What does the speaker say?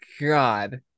God